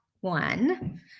one